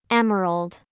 Emerald